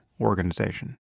organization